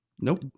Nope